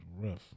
rough